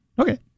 Okay